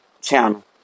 channel